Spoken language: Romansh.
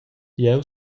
jeu